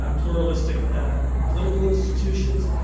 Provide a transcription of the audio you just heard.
yeah pluralistic political institutions,